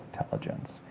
intelligence